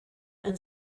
and